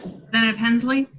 kind of hensley?